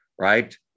right